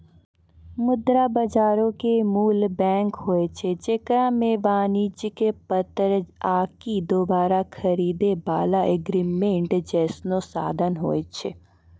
मुद्रा बजारो के मूल बैंक होय छै जेकरा मे वाणिज्यक पत्र आकि दोबारा खरीदै बाला एग्रीमेंट जैसनो साधन होय छै